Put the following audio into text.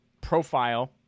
Profile